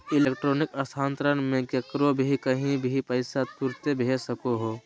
electronic स्थानान्तरण मे केकरो भी कही भी पैसा तुरते भेज सको हो